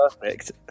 Perfect